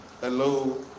hello